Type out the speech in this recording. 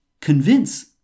convince